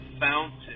fountain